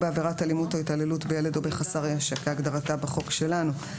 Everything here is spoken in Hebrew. או בעבירת אלימות או התעללות בילד או בחסר ישע כהגדרתה בחוק למניעת